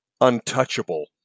untouchable